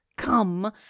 come